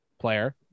player